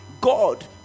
God